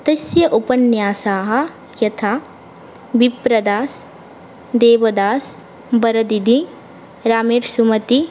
तस्य उपन्यासाः यथा विप्रदास् देवदास् वरदिदि रामेर्सुमति